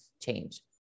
change